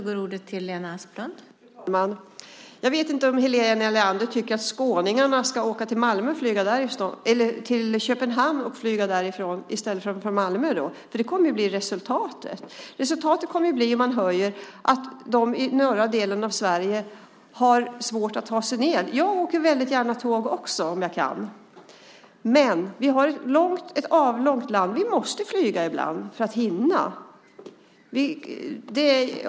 Fru talman! Jag vet inte om Helena Leander tycker att skåningarna ska åka till Köpenhamn och flyga därifrån i stället för från Malmö då, för det kommer ju att bli resultatet. Resultatet om man höjer kommer att bli att de i norra delen av Sverige har svårt att ta sig söderut. Jag åker väldigt gärna tåg också, om jag kan, men vi har ett avlångt land. Vi måste flyga ibland för att hinna.